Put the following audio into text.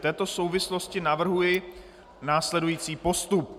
V této souvislosti navrhuji následující postup.